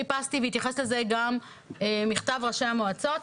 חיפשתי, והתייחס לזה גם בכתב רשם המועצות,